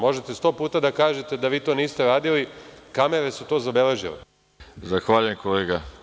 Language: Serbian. Možete sto puta da kažete da vi to niste radili, kamere su to zabeležile.